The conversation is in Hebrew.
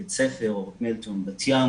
בבית ספר "אורט מלטון" בבת-ים,